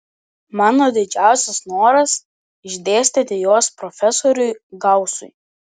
mano didžiausias noras išdėstyti juos profesoriui gausui